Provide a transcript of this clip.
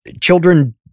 children